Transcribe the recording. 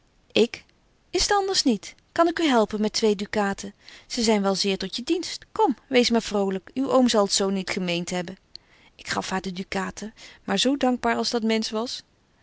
ik is t anders niet kan ik u helpen met twee ducaten ze zyn wel zeer tot je dienst kom wees maar vrolyk uw oom zal t zo niet gemeent hebben ik gaf haar de ducaten maar zo dankbaar als dat mensch was